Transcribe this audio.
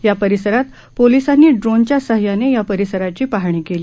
या परिसरात पोलिसांनी ड्रोनच्या सहाय्याने या परिसराची पाहणी केली